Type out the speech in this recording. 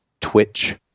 Twitch